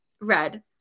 Red